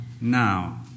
now